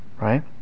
right